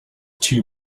two